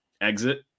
exit